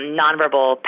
nonverbal